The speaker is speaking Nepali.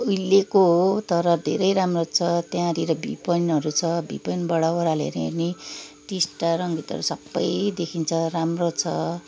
उहिलेको हो तर धेरै राम्रो छ त्यहाँनिर भ्यू पोइन्टहरू छ भ्यू पोइन्टबाट ओह्रालो हेऱ्यो भने टिस्टा रङ्गितहरू सबै देखिन्छ राम्रो छ